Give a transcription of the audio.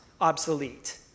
obsolete